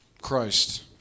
Christ